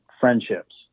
friendships